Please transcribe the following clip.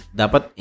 dapat